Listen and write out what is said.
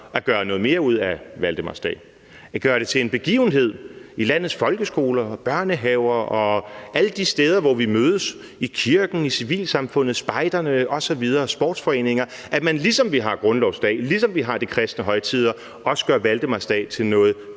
at gøre noget mere ud af valdemarsdag, nemlig at gøre den til en begivenhed i landets folkeskoler, børnehaver og alle de steder, hvor vi mødes, f.eks. i kirken, i civilsamfundet, hos spejderne, i sportsforeninger osv. Så man, ligesom vi har grundlovsdag, og ligesom vi har de kristne højtider, også gør valdemarsdag til noget